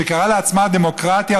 שקראה לעצמה דמוקרטיה,